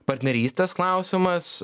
partnerystės klausimas